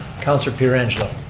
councilor pietrangelo.